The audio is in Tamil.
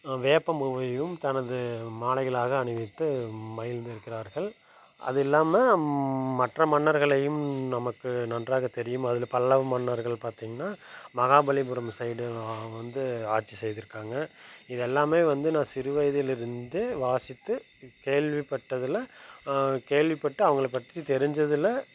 வேப்பம்பூவையும் தனது மாலைகளாக அணிவித்து மகிழ்ந்திருக்கிறார்கள் அதில்லாமல் மற்ற மன்னர்களையும் நமக்கு நன்றாக தெரியும் அதில் பல்லவ மன்னர்கள் பார்த்திங்னா மகாபலிபுரம் சைட் வந்து ஆட்சி செய்திருக்காங்க இதெல்லாமே வந்து நான் சிறு வயதிலிருந்து வாசித்து கேள்வி பட்டதில் கேள்வி பட்டு அவங்கள பற்றி தெரிஞ்சதில்